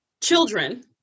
children